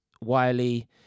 Wiley